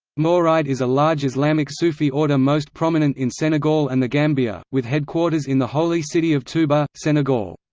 mouride is a large islamic sufi order most prominent in senegal and the gambia, with headquarters in the holy city of touba, senegal.